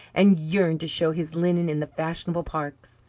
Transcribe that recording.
and yearned to show his linen in the fashionable parks.